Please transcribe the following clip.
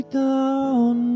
down